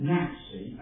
Nancy